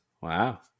Wow